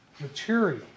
material